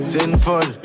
Sinful